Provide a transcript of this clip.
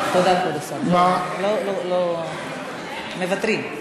תודה, כבוד השר, מוותרים.